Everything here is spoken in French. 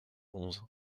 onze